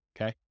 okay